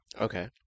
Okay